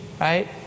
Right